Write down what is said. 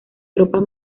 tropas